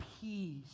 peace